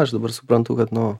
aš dabar suprantu kad nu